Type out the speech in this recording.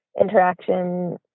interaction